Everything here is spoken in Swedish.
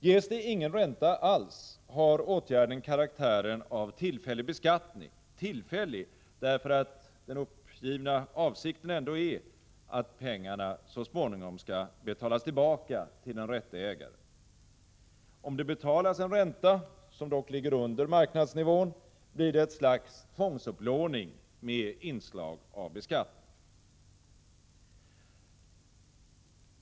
Ges det ingen ränta alls, har åtgärden karaktären av tillfällig beskattning — tillfällig därför att den angivna avsikten ändå är att pengarna så småningom skall betalas tillbaka till den rätte ägaren. Om ränta betalas, som dock ligger under marknivån, blir det ett slags tvångsupplåning med inslag av beskattning.